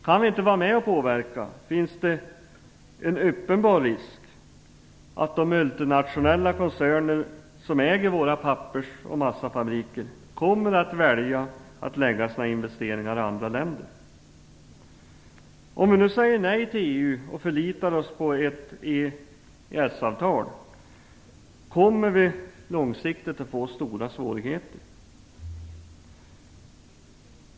Om vi inte kan vara med och påverka finns det en uppenbar risk för att de multinationella koncerner som äger våra pappers och massafabriker kommer att välja att lägga sina investeringar i andra länder. Om vi nu säger nej till EU och förlitar oss på EES-avtalet kommer vi långsiktigt att få stora svårigheter.